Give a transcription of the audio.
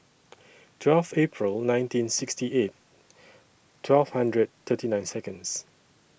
twelve April nineteen sixty eight twelve hundred thirty nine Seconds